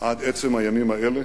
עד עצם הימים האלה,